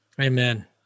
amen